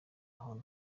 hon